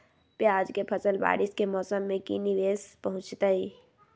प्याज के फसल बारिस के मौसम में की निवेस पहुचैताई?